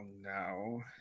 no